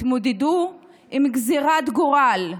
התמודדו עם גזרת גורל.